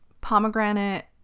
pomegranate